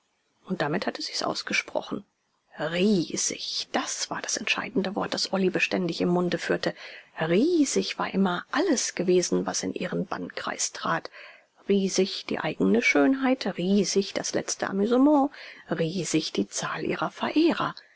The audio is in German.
und damit hatte sie's ausgesprochen riesig das war das entscheidende wort das olly beständig im munde führte riesig war immer alles gewesen was in ihren bannkreis trat riesig die eigene schönheit riesig das letzte amusement riesig die zahl ihrer verehrer